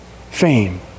fame